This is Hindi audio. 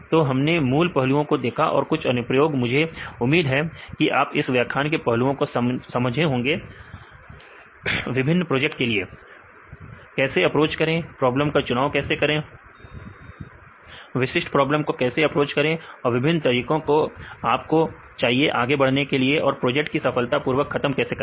तो हमने मूल पहलुओं को देखा और कुछ अनुप्रयोग मुझे उम्मीद है आप इन व्याख्यान के पहलुओं को समझे होंगे विभिन्न प्रोजेक्ट के लिए कैसे अप्रोच करें प्रॉब्लम का चुनाव कैसे करें विशिष्ट प्रॉब्लम को कैसे अप्रोच करें और विभिन्न तरीके जो आपको चाहिए आगे बढ़ने के लिए और प्रोजेक्ट को सफलतापूर्वक खत्म करने के लिए